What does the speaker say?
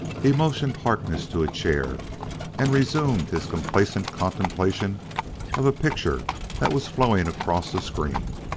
he motioned harkness to a chair and resumed his complacent contemplation of a picture that was flowing across a screen.